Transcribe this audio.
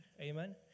Amen